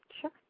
sure